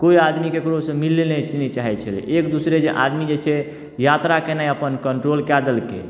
कोइ आदमी ककरोसँ मिलने नहि चाहै छलै एक दोसरासँ जे आदमी जे छै यात्रा केनाइ अपन कन्ट्रोल कऽ देलकै